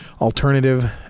alternative